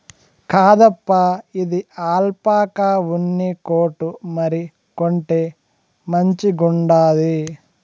కాదప్పా, ఇది ఆల్పాకా ఉన్ని కోటు మరి, కొంటే మంచిగుండాది